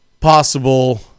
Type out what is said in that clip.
possible